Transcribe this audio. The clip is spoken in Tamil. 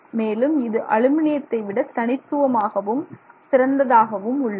மேலும் இது அலுமினியத்தை விட தனித்துவமாகவும் சிறந்ததாகவும் உள்ளது